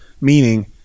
meaning